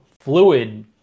fluid